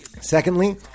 Secondly